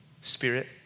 spirit